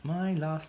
my last